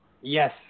Yes